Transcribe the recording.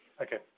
Okay